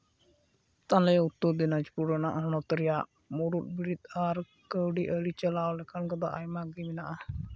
ᱟᱞᱮ ᱩᱛᱛᱚᱨ ᱫᱤᱱᱟᱡᱽᱯᱩᱨ ᱦᱚᱱᱚᱛ ᱨᱮᱭᱟᱜ ᱢᱩᱬᱩᱫ ᱵᱤᱨᱤᱫ ᱟᱨ ᱠᱟᱹᱣᱰᱤ ᱟᱹᱨᱤ ᱪᱟᱞᱟᱣ ᱞᱮᱠᱟᱱ ᱠᱚᱫᱚ ᱟᱭᱢᱟ ᱜᱮ ᱢᱮᱱᱟᱜᱼᱟ